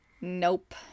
nope